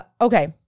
Okay